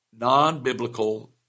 Non-biblical